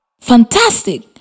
Fantastic